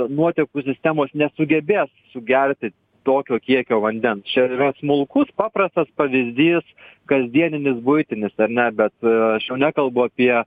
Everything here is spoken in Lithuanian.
nuotekų sistemos nesugebės sugerti tokio kiekio vandens čia yra smulkus paprastas pavyzdys kasdieninis buitinis ar ne bet aš jau nekalbu apie